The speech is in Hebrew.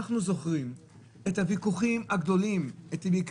אנחנו זוכרים את הוויכוחים הגדולים להפרדה